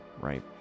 right